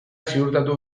ziurtatu